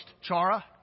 Chara